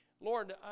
Lord